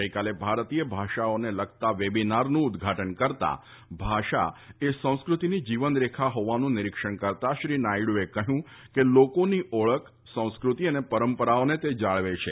ગઈકાલે ભારતીય ભાષાઓને લગતા વેબિનારનું ઉદઘાટન કરતાં ભાષા એ સંસ્કૃતિની જીવનરેખા હોવાનું નિરીક્ષણ કરતા શ્રી નાયડુએ કહ્યું કે તે લોકોની ઓળખ સંસ્કૃતિ અને પરંપરાઓને જાળવે છે